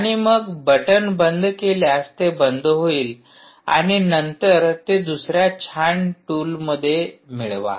आणि मग बटन बंद केल्यास ते बंद होईल आणि नंतर ते दुसऱ्या छान टूलमध्ये मिळवा